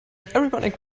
everyone